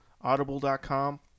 audible.com